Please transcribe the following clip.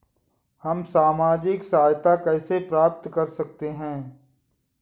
हम सामाजिक सहायता कैसे प्राप्त कर सकते हैं?